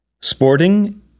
Sporting